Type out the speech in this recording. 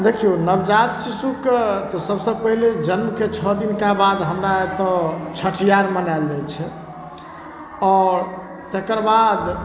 देखिऔ नवजात शिशुके तऽ सबसँ पहिले जन्मके छओ दिनका बाद हमरा एतऽ छठिहार मनाएल जाइ छै आओर तकर बाद